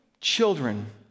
children